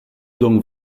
donc